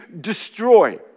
destroy